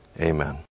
Amen